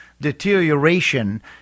deterioration